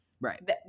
Right